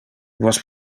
vos